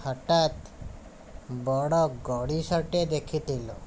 ହଠାତ ବଡ଼ ଗଡ଼ିସଟେ ଦେଖିଥିଲୁ